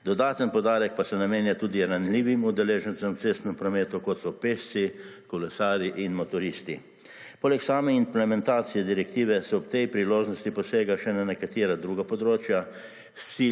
Dodaten poudarek pa se namenja tudi ranljivim udeležencem v cestnem prometu kot so pešci, kolesarji in motoristi. Poleg same implementacije direktive se ob tej priložnosti posega še na nekatera druga področja